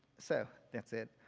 so that's it!